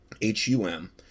H-U-M